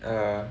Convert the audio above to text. uh